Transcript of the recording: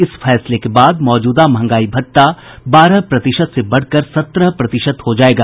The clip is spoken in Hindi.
इस फैसले के बाद मौजूदा महंगाई भत्ता बारह प्रतिशत से बढ़कर सत्रह प्रतिशत हो जायेगा